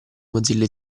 mozilla